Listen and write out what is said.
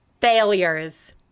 Failures